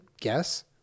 Guess